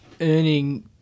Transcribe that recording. earning